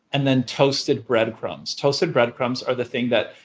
and then toasted bread crumbs. toasted bread crumbs are the thing that,